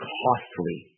costly